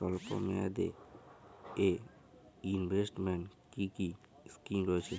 স্বল্পমেয়াদে এ ইনভেস্টমেন্ট কি কী স্কীম রয়েছে?